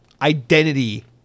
identity